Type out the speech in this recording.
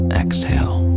exhale